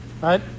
right